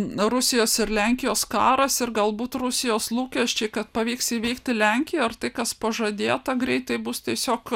rusijos ir lenkijos karas ir galbūt rusijos lūkesčiai kad pavyks įveikti lenkiją ir tai kas pažadėta greitai bus tiesiog